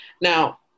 now